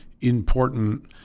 important